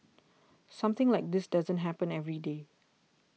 something like this doesn't happen every day